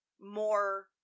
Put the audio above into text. more